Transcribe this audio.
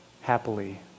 happily